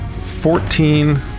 fourteen